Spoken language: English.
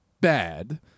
bad